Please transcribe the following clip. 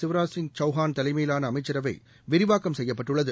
சிவராஜ்சிங்சவுகான்தலைமையிலானஅமைச்சரவைவிரிவாக்கம்செய்யப்பட் டுள்ளது